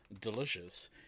delicious